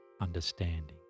understanding